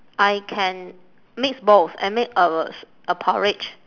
I can mix both and make uh a porridge